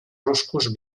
ruscos